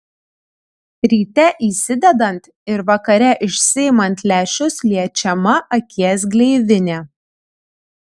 ryte įsidedant ir vakare išsiimant lęšius liečiama akies gleivinė